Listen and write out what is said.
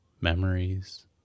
memories